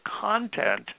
content